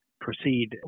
proceed